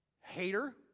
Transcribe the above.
Hater